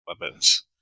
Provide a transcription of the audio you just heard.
weapons